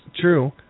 True